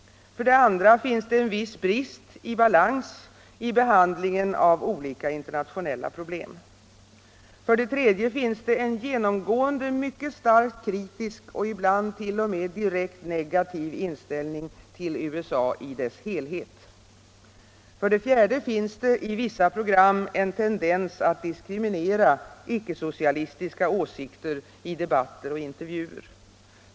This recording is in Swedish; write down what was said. För det andra finns det en viss brist på balans i behandlingen av olika internationella problem. För det tredje finns det en genomgående mycket starkt kritisk och ibland t.o.m. direkt negativ inställning till USA i dess helhet. För det fjärde finns det i vissa program en tendens att diskriminera icke-socialistiska åsikter i debatter och intervjuer.